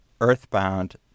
earthbound